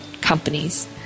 companies